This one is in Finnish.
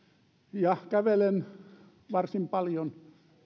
ja kävelen varsin paljon